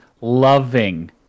loving